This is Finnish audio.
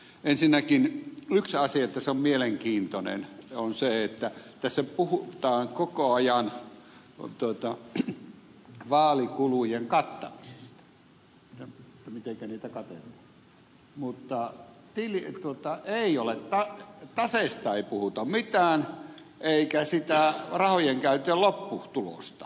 ensinnäkin yksi mielenkiintoinen asia on se että tässä puhutaan koko ajan vaalikulujen kattamisesta mitenkä niitä katetaan mutta taseista ei puhuta mitään eikä siitä rahojenkäytön lopputuloksesta